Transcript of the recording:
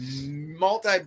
multi